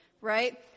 Right